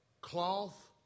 cloth